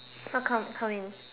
how come come in